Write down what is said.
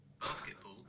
basketball